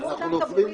שימור דם טבורי,